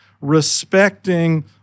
respecting